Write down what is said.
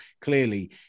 Clearly